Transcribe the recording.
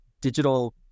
digital